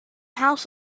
house